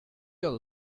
your